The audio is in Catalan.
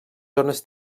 zones